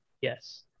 Yes